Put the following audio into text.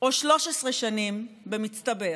או 13 שנים במצטבר